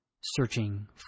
searching